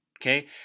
Okay